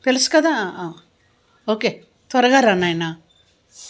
తెలుసు కదా ఓకే త్వరగా రా నాయన